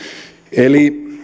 eli